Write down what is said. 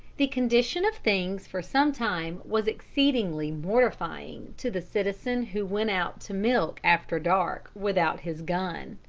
the condition of things for some time was exceedingly mortifying to the citizen who went out to milk after dark without his gun.